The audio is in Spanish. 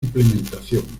implementación